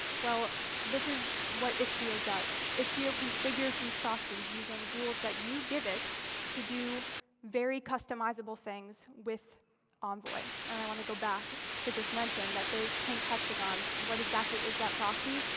well, this is what istio does. istio configures these proxies using rules that you give it to do very customizable things with envoy. and i want to go back to just mention that those pink hexagons what exactly is that proxy?